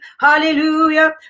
hallelujah